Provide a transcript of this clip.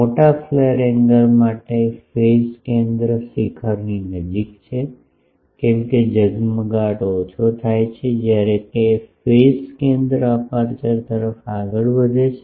મોટા flare angle માટે phase કેન્દ્ર શિખરની નજીક છે કેમ કે ઝગમગાટ ઓછો થાય છે જયારે ફેઝ કેન્દ્ર અપેર્ચર તરફ આગળ વધે છે